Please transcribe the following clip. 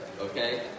Okay